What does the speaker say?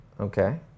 okay